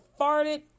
farted